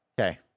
Okay